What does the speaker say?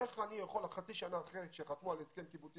איך אני יכול חצי שנה אחרי שהם חתמו על הסכם קיבוצי